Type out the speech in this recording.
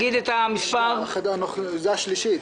זו השלישית.